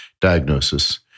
diagnosis